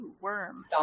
worm